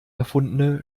erfundene